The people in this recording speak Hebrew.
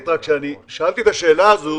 שאלתי את השאלה הזאת